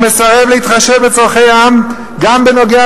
ומסרב להתחשב בצורכי העם גם בנוגע